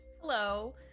Hello